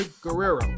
Guerrero